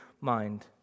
mind